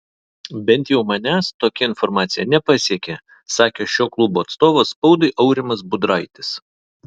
bent jau manęs tokia informacija nepasiekė sakė šio klubo atstovas spaudai aurimas budraitis